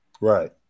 Right